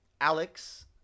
Alex